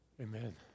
Amen